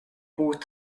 бүгд